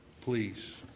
please